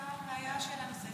והייתה שאלה נוספת.